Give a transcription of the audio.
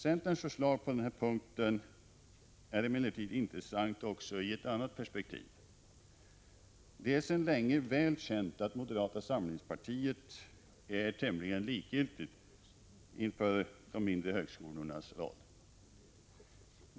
Centerns förslag är emellertid intressant också i ett annat perspektiv. Det är sedan länge väl känt att moderata samlingspartiet är tämligen likgiltigt inför de mindre högskolornas roll.